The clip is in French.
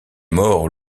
mort